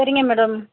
சரிங்க மேடம்